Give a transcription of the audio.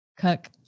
cook